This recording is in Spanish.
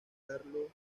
carlo